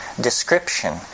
description